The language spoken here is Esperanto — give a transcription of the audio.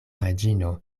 reĝino